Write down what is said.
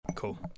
cool